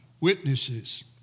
Witnesses